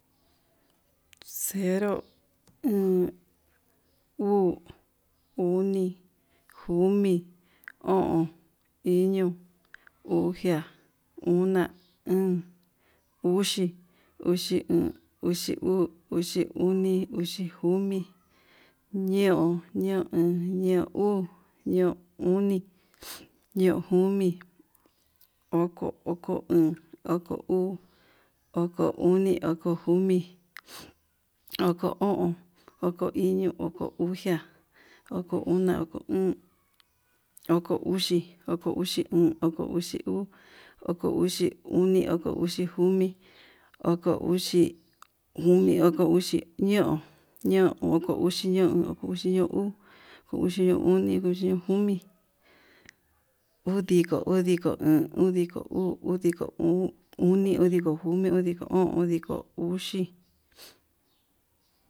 Cero, iin, uu, oni, komi, o'on, iño, uxia, una, íín, uxi, uxi iin, uxi uu, uxi oni, uxi komi, ñeun, ñeun uu, ñeun oni, ñeun komi, oko, oko iin, oko uu, oko oni, oko komi, oko o'on, oko iño, oko uxia, oko una, oko uxia, oko ona, oko íín, oko uxi, oko uxi iin, oko uxi uu, oko uxi oni, oko uxi komi, oko ñeon ñeon, oko uxi ñeon iin, oko uxi uu, oko uxi ñeon oni, oko uxi ñeon komi, udiko, udiko iin, udiko uu, udiko oni, udiko komi, udiko o'on, udiko uxi.